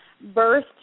Birth